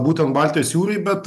būtent baltijos jūrai bet